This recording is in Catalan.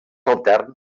altern